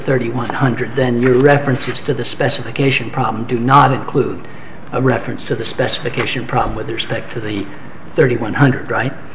thirty one hundred then your references to the specification problem do not include a reference to the specification problem with respect to the thirty one hundred right